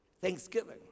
Thanksgiving